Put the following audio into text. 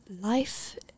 life